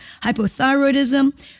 hypothyroidism